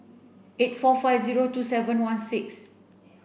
eight four five zero two seven one six